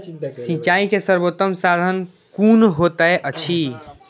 सिंचाई के सर्वोत्तम साधन कुन होएत अछि?